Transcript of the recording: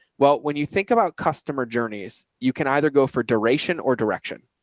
well, when you think about customer journeys, you can either go for duration or direction.